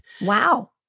Wow